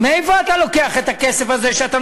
ולא משנה אם זה נוח או פופולרי.